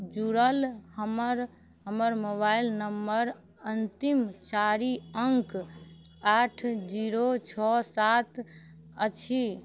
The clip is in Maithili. जुड़ल हमर हमर मोबाइल नंबर अन्तिम चारि अङ्क आठ जीरो छओ सात अछि